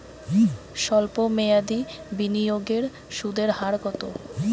সল্প মেয়াদি বিনিয়োগের সুদের হার কত?